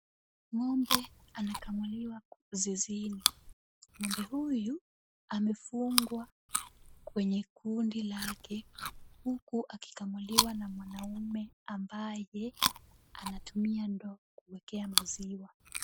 Ng'ombe anakamuliwa zizini. Ng'ombe huyu amefungwa kwenye kundi lake huku akikamuliwa na mwanaume ambaye anatumia ndoo kuekea maziwa.